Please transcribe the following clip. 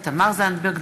זנדברג,